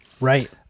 Right